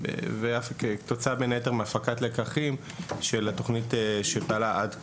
והתוצאה בין היתר מהפקת לקחים של התוכנית שפעלה עד כה.